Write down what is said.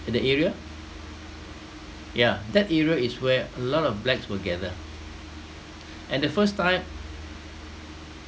the area ya that area is where a lot of blacks will gather and the first time